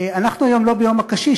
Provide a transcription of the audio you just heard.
אנחנו היום לא ביום הקשיש,